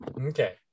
Okay